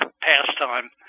pastime